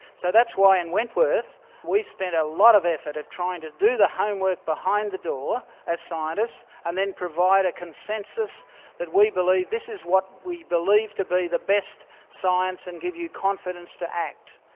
so that's why in wentworth we spend a lot of effort of trying to do the homework behind the door as scientists and then provide a consensus that we believe this is what we believe to be the best science and give you confidence to act.